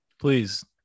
Please